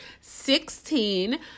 sixteen